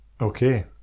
Okay